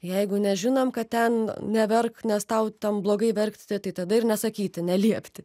jeigu nežinom kad ten neverk nes tau tam blogai verkti tai tada ir nesakyti neliepti